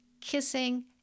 kissing